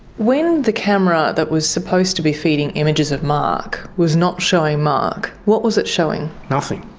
when the camera that was supposed to be feeding images of mark was not showing mark, what was it showing? nothing.